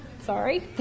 Sorry